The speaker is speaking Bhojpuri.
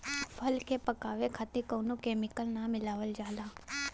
फल के पकावे खातिर कउनो केमिकल ना मिलावल जाला